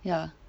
ya